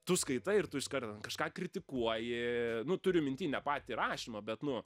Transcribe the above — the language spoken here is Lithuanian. tu skaitai ir tu iškart ten kažką kritikuoji nu turiu minty ne patį rašymą bet nu